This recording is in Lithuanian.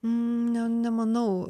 ne nemanau